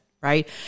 right